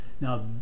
Now